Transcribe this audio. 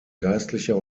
geistlicher